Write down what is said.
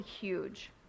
huge